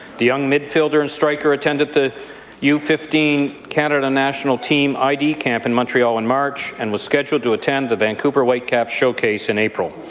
the young mid-fielder and striker attended the u fifteen canada national team i d. camp in montreal in march and was scheduled to attend the vancouver whitecaps showcase in april.